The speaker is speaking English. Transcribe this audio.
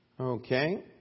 Okay